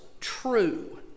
true